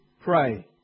pray